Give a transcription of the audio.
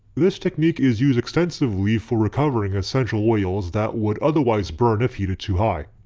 this technique is used extensively for recovering essential oils that would otherwise burn if heated too high.